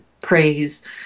praise